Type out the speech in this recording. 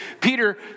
Peter